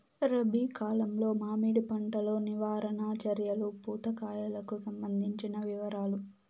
రబి కాలంలో మామిడి పంట లో నివారణ చర్యలు పూత కాయలకు సంబంధించిన వివరాలు?